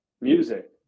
Music